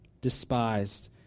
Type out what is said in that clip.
despised